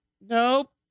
Nope